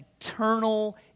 eternal